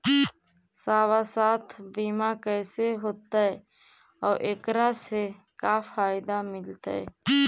सवासथ बिमा कैसे होतै, और एकरा से का फायदा मिलतै?